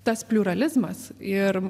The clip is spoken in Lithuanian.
tas pliuralizmas ir